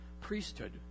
priesthood